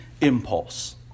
impulse